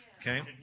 Okay